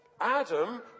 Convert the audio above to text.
Adam